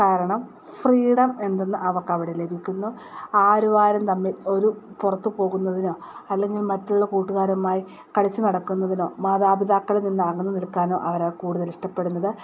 കാരണം ഫ്രീഡം എന്തെന്ന് അവർക്കവിടെ ലഭിക്കുന്നു ആരുമാരും തമ്മിൽ ഒരു പുറത്തു പോകുന്നതിനോ അല്ലെങ്കിൽ മറ്റുള്ള കൂട്ടുകാരുമായി കളിച്ചു നടക്കുന്നതിനോ മാതാപിതാക്കളിൽ നിന്ന് അകന്നു നിൽക്കാനോ അവര് കൂടുതൽ ഇഷ്ടപ്പെടുന്നത്